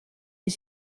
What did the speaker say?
est